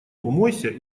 умойся